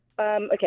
Okay